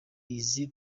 izi